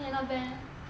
not bad eh